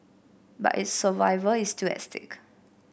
but its survival is still at stake